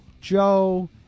Joe